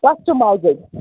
customized